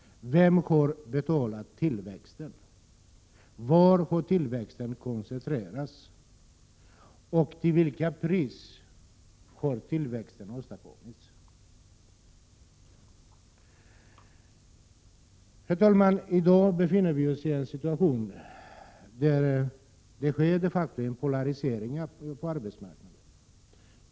Vem har betalat tillväxten? Var har tillväxten koncentrerats? Till vilket pris har tillväxten åstadkommits? Herr talman! I dag befinner vi oss i en situation där det de facto sker en polarisering på arbetsmarknaden.